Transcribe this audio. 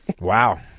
wow